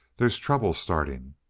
there's trouble starting.